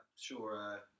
sure